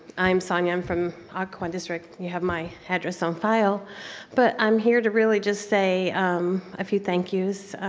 i'm sonya, i'm from ah occoquan district. you have my address on file but i'm here to really just say a few thank yous.